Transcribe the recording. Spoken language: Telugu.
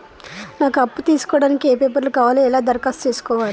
నాకు అప్పు తీసుకోవడానికి ఏ పేపర్లు కావాలి ఎలా దరఖాస్తు చేసుకోవాలి?